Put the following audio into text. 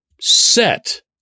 set